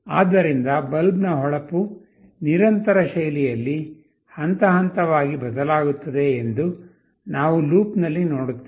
ಆದ್ದರಿಂದ ಬಲ್ಬ್ ನ ಹೊಳಪು ನಿರಂತರ ಶೈಲಿಯಲ್ಲಿ ಹಂತಹಂತವಾಗಿ ಬದಲಾಗುತ್ತದೆ ಎಂದು ನಾವು ಲೂಪ್ನಲ್ಲಿ ನೋಡುತ್ತೇವೆ